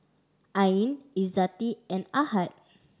Ain Izzati and Ahad